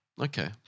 Okay